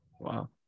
Wow